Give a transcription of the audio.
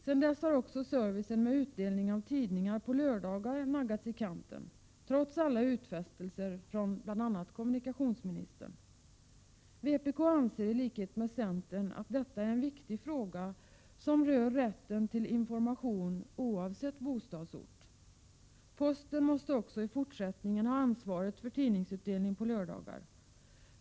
Sedan dess har servicen med utdelning av tidningar på lördagar också naggats i kanten, trots alla utfästelser från bl.a. kommunikationsministern. Vpk anser, i likhet med centern, att detta är en viktig fråga som rör rätten till information — oavsett bostadsort. Posten måste också i fortsättningen ha ansvaret för tidningsutdelning på lördagar.